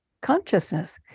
consciousness